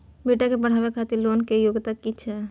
बेटा के पढाबै खातिर लोन के योग्यता कि छै